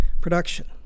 production